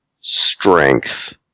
strength